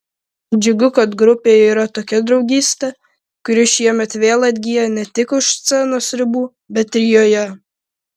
džiugu kad grupėje yra tokia draugystė kuri šiemet vėl atgyja ne tik už scenos ribų bet ir joje